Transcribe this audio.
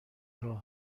راه